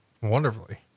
wonderfully